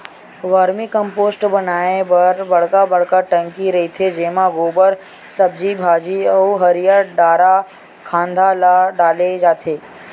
vermi compost बनाए बर बड़का बड़का टंकी रहिथे जेमा गोबर, सब्जी भाजी अउ हरियर डारा खांधा ल डाले जाथे